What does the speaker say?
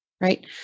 right